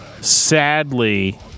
sadly